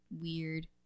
weird